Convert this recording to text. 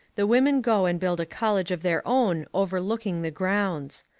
the women go and build a college of their own overlooking the grounds.